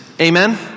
amen